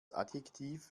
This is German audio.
adjektiv